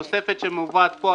התוספת שמובאת פה,